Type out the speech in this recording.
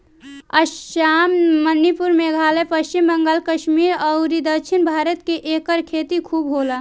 आसाम, मणिपुर, मेघालय, पश्चिम बंगाल, कश्मीर अउरी दक्षिण भारत में एकर खेती खूब होला